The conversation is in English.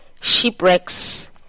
Shipwrecks